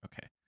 Okay